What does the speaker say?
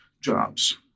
jobs